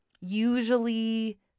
usually